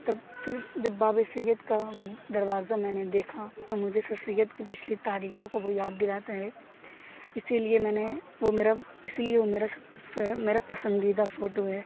تب پھر جب باب سید کا وہ دروازہ میں نے دیکھا تو مجھے سر سید کی پچھلی تاریخوں کو وہ یاد دلاتا ہے اسی لیے میں نے وہ میرا اسی لیے وہ میرا سب سے میرا پسندیدہ فوٹو ہے